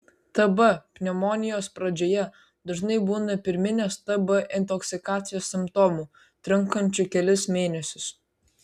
tb pneumonijos pradžioje dažnai būna pirminės tb intoksikacijos simptomų trunkančių kelis mėnesius